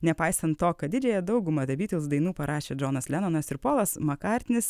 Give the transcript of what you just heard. nepaisant to kad didžiąją daugumą da bytls dainų parašė džonas lenonas ir polas makartnis